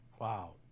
Wow